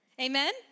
Amen